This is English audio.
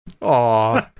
Aw